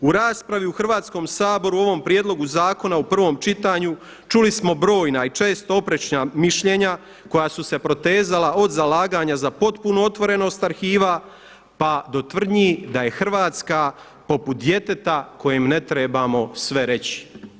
U raspravi u Hrvatskom saboru u ovom prijedlogu zakona u prvom čitanju čuli smo brojna i često oprečna mišljenja koja su se protezala od zalaganja za potpunu otvorenost arhiva pa do tvrdnji da je Hrvatska poput djeteta kojem ne trebamo sve reći.